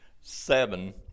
seven